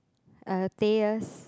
uh Thayer's